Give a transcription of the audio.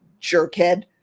jerkhead